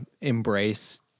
embrace